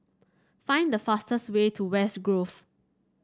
find the fastest way to West Grove